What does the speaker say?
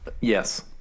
Yes